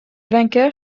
vainqueur